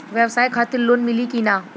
ब्यवसाय खातिर लोन मिली कि ना?